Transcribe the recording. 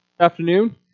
afternoon